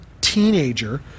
teenager